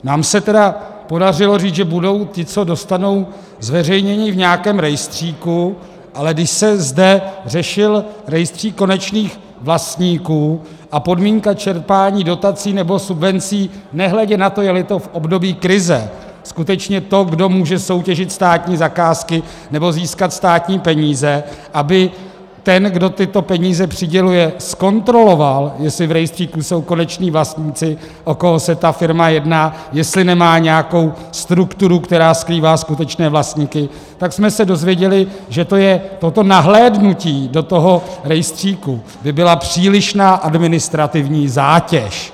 Nám se tedy podařilo říct, že budou, ti, co dostanou, zveřejněni v nějakém rejstříku, ale když se zde řešil rejstřík konečných vlastníků a podmínka čerpání dotací nebo subvencí, nehledě na to, jeli to v období krize, skutečně to, kdo může soutěžit státní zakázky nebo získat státní peníze, aby ten, kdo tyto peníze přiděluje, zkontroloval, jestli v rejstříku jsou koneční vlastníci, o koho se ta firma jedná, jestli nemá nějakou strukturu, která skrývá skutečné vlastníky, tak jsme se dozvěděli, že to je, toto nahlédnutí do toho rejstříku by byla přílišná administrativní zátěž.